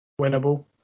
Winnable